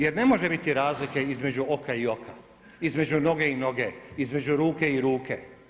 Jer ne može biti razlike između oka i oka, između noge i noge, između ruke i ruke.